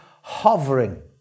hovering